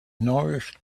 nourished